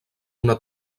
una